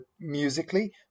musically